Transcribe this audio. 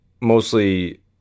mostly